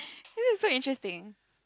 see this is so interesting